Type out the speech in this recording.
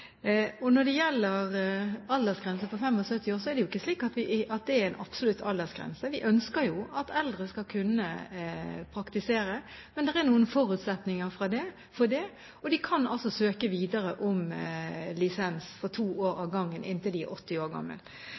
Når det gjelder aldersgrense på 75 år, er det ikke slik at det er en absolutt aldersgrense. Vi ønsker jo at eldre skal kunne praktisere. Men det er noen forutsetninger for det, og de kan altså søke om lisens videre for to år ad gangen inntil de er 80 år